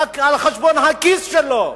על-חשבון הכיס שלו.